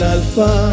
Alpha